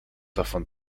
davon